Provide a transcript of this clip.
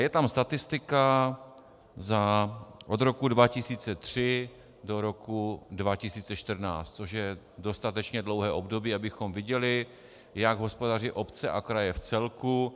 Je tam statistika od roku 2003 do roku 2014, což je dostatečně dlouhé období, abychom viděli, jak hospodaří obce a kraje v celku.